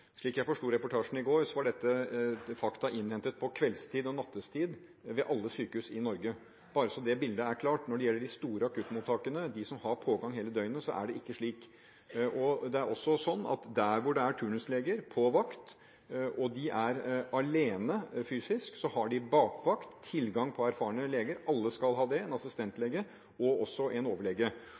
Slik jeg forsto reportasjen i går, var dette fakta innhentet på kveldstid og nattestid ved alle sykehusene i Norge – bare så det bildet er klart. Når det gjelder de store akuttmottakene, de som har pågang hele døgnet, er det ikke slik. Det er også slik at der hvor det er turnusleger på vakt, og de er alene fysisk, har de tilgang på bakvakt – tilgang på erfarne leger. Alle skal ha det – en assistentlege og også en overlege.